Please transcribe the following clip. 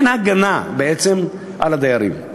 אין בעצם הגנה על הדיירים,